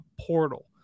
portal